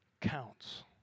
counts